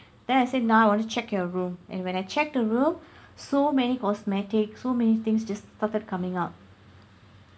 then I say now I want to check your room and when I checked her room so many cosmetic so many things just started coming out